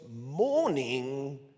morning